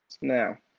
now